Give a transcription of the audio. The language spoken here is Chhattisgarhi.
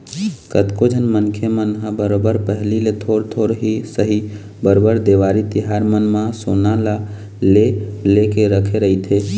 कतको झन मनखे मन ह बरोबर पहिली ले थोर थोर ही सही बरोबर देवारी तिहार मन म सोना ल ले लेके रखे रहिथे